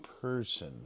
person